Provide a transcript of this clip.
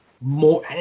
more